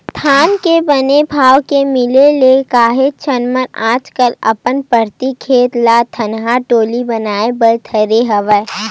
धान के बने भाव के मिले ले काहेच झन मन आजकल अपन भर्री खेत ल धनहा डोली बनाए बर धरे हवय